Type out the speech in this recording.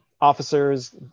officers